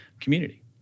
community